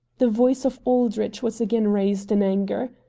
the voice of aldrich was again raised in anger.